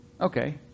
Okay